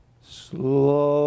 Slow